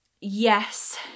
yes